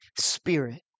Spirit